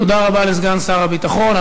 תודה רבה לסגן שר הביטחון.